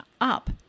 up